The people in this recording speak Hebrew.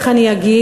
איך אני אגיד,